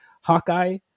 Hawkeye